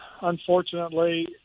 unfortunately